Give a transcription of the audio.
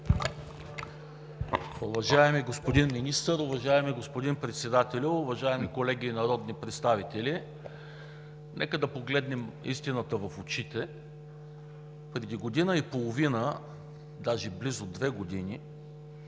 Уважаеми господин Министър, уважаеми господин Председателю, уважаеми колеги народни представители! Нека да погледнем истината в очите. Преди година и половина, даже близо две години,